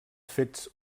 fets